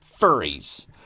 furries